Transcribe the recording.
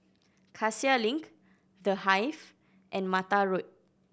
Cassia Link The Hive and Mattar Road